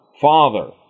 Father